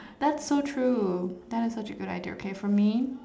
that's so true that is such a good idea K for me